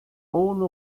ohne